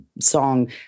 song